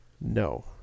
No